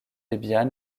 debian